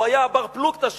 הוא היה הבר-פלוגתא שלו,